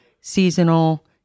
seasonal